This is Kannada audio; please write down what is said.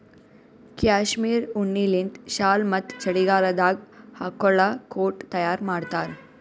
ಕ್ಯಾಶ್ಮೀರ್ ಉಣ್ಣಿಲಿಂತ್ ಶಾಲ್ ಮತ್ತ್ ಚಳಿಗಾಲದಾಗ್ ಹಾಕೊಳ್ಳ ಕೋಟ್ ತಯಾರ್ ಮಾಡ್ತಾರ್